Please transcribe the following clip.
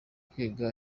kwiga